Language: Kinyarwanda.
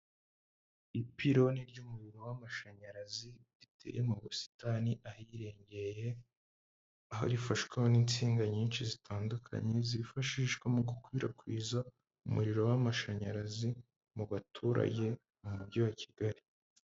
Ipironi ry'umuriro w'amashanyarazi riteye mu busitani ahirengeye aho rifashwe n'insinga nyinshi zitandukanye zifashishwa mu gukwirakwiza umuriro w'amashanyarazi mu baturage mu mujyi wa kigali.